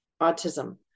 autism